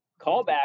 Callback